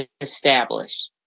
established